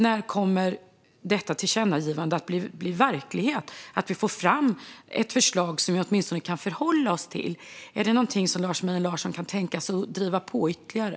När kommer tillkännagivandet att bli verklighet så att vi får fram ett förslag som vi åtminstone kan förhålla oss till? Kan Lars Mejern Larsson tänka sig att driva på detta ytterligare?